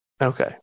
Okay